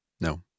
No